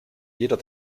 jeder